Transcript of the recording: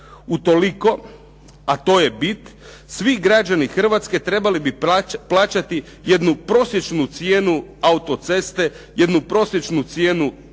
Utoliko, a to je bit, svi građani Hrvatske trebali bi plaćati jednu prosječnu cijenu autoceste, jednu prosječnu cijenu tunela,